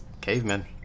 cavemen